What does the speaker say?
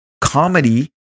comedy